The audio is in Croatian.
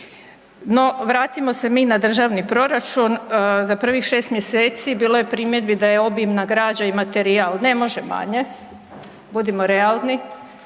No vratimo se mi na državni proračun. Za prvih 6. mjeseci bilo je primjedbi da je obimna građa i materijal, ne može manje, budimo realni.